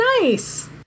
Nice